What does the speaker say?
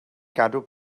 gadw